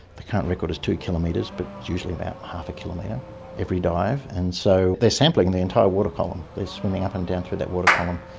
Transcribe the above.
the current record is two kilometres but it's usually about half a kilometre every dive. and so they're sampling the entire water column, they're swimming up and down through that water column.